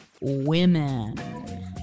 women